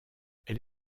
elle